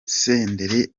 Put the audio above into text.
senderi